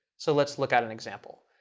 so let's look at an example.